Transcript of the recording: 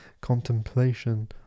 contemplation